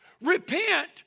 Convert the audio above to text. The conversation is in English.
Repent